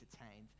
entertained